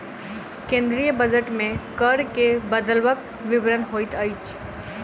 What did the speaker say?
केंद्रीय बजट मे कर मे बदलवक विवरण होइत अछि